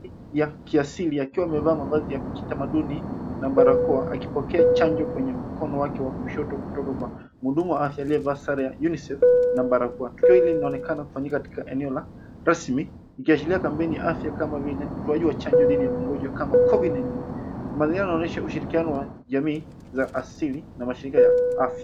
Ya kiasili akiwa amevaa mavazi ya kitamaduni na barakoa, akipokea chanjo kwenye mkono wake wa kushoto kutoka kwa muhudumu wa afya aliyevaa sare ya UNICEF na barakoa. Tukio hili inaonekana kufanyika katika eneo la rasmi, ikiashiria kampeni ya afya kama vile utoaji wa chanjo dhidi ya magonjwa kama COVID-19 . Mazingira yanaonyesha ushirikiano wa jamii za asili na mashirika ya afya.